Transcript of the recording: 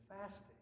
fasting